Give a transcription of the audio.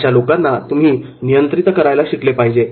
अशा लोकांना तुम्ही नियंत्रित करायला पाहिजे